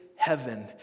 Heaven